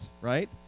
right